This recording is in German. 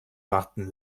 warten